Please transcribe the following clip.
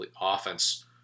offense